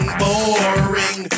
boring